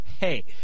Hey